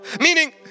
meaning